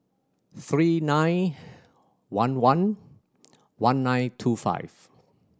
three nine one one one nine two five